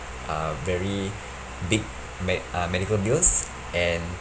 uh very big me~ uh medical bills and